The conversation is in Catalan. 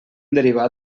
derivar